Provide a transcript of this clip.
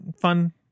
fun